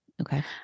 Okay